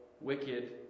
wicked